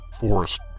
forest